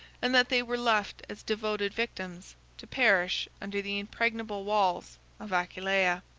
and that they were left as devoted victims to perish under the impregnable walls of aquileia.